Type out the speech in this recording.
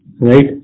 Right